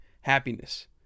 happiness